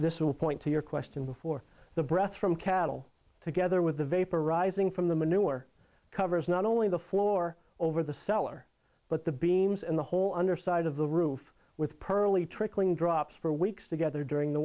point to your question before the breath from cattle together with the vapor rising from the manure covers not only the floor over the cellar but the beams and the whole underside of the roof with pearly trickling drops for weeks together during the